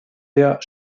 der